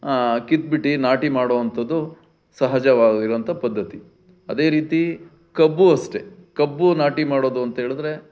ಕಿತ್ಬಿಟ್ಟು ನಾಟಿ ಮಾಡೋವಂಥದ್ದು ಸಹಜವಾಗಿರುವಂಥ ಪದ್ಧತಿ ಅದೇ ರೀತಿ ಕಬ್ಬೂ ಅಷ್ಟೇ ಕಬ್ಬು ನಾಟಿ ಮಾಡೋದು ಅಂತ ಹೇಳಿದ್ರೆ